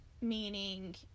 meaning